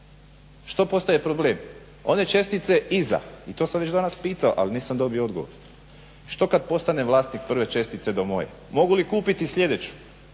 Što postaje problem? One čestice iza i to sam već danas pitao ali nisam dobio odgovor, što kad postane vlasnik prve čestice do moje. Mogu li kupiti sljedeću?